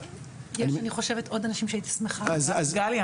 -- יש אני חושבת עוד אנשים שהייתי שמחה שידברו.